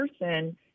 person